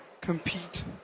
compete